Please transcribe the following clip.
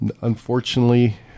unfortunately